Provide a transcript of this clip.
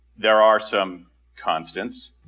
there are some constants.